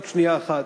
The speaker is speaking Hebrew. רק שנייה אחת,